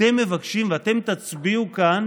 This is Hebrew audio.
אתם מבקשים, ואתם תצביעו כאן